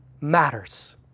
matters